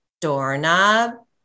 doorknob